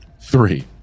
three